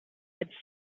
had